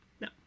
No